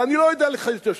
ואני לא יודע לחדש אותו.